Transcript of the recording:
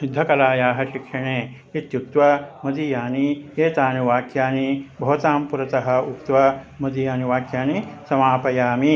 युद्धकलायाः शिक्षणे इत्युक्त्वा मदीयानि एतानि वाक्यानि भवतां पुरतः उक्त्वा मदीयानि वाक्यानि समापयामि